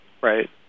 Right